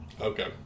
Okay